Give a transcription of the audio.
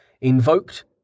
invoked